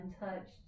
untouched